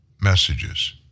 messages